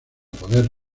poder